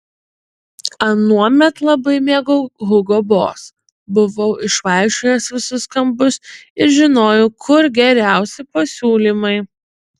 anuomet labai mėgau hugo boss buvau išvaikščiojęs visus kampus ir žinojau kur geriausi pasiūlymai